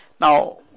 Now